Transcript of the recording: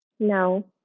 No